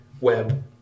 web